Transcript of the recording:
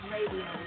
Radio